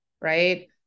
right